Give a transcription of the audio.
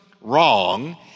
wrong